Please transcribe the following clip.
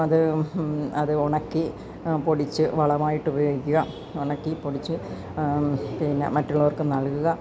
അത് അത് ഉണക്കി പൊടിച്ച് വളമായിട്ടുപയോഗിക്കുക ഉണക്കി പൊടിച്ച് പിന്നെ മറ്റുള്ളവർക്ക് നൽകുക